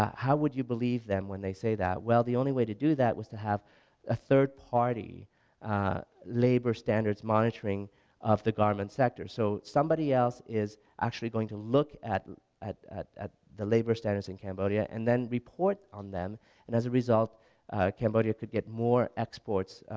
how would you believe them when they say that? well the only way to do that was to have a third party labor standards monitoring of the garment sector so somebody else is actually going to look at at the labor standards in cambodia and then report on them and as a result cambodia could get more exports,